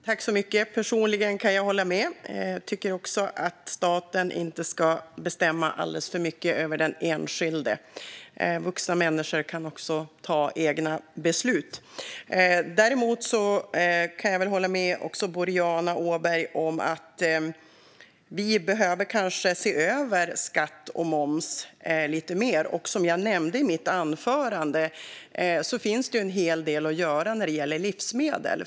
Herr talman! Personligen kan jag hålla med om det. Jag tycker inte heller att staten ska bestämma alldeles för mycket över den enskilde. Vuxna människor kan fatta egna beslut. Jag kan också hålla med Boriana Åberg om att vi kanske behöver se över skatt och moms lite mer. Som jag nämnde i mitt anförande finns det en hel del att göra när det gäller livsmedel.